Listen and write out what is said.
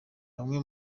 bamwe